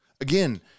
Again